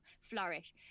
flourish